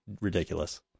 ridiculous